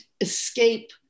escape